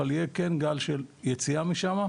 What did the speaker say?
אבל כן יהיה גל של יציאה משם,